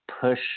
push